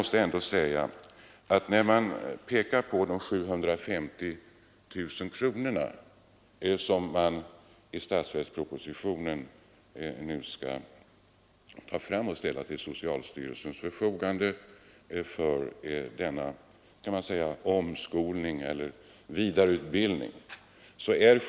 Statsrådet pekar på de 750 000 kronor som enligt statsverkspropositionen skall ställas till socialstyrelsens förfogande för denna omskolning eller vidareutbildning.